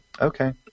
okay